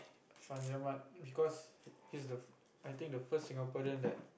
Fandi-Ahmad because he's the f~ I think the first Singaporean that